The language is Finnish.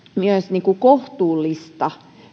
myös kohtuullista sellaista